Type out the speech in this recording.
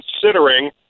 considering